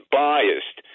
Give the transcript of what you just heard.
biased